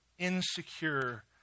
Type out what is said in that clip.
Insecure